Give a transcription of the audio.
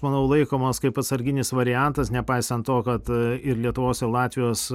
manau laikomas kaip atsarginis variantas nepaisant to kad ir lietuvos ir latvijos